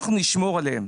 אנחנו נשמור עליהם,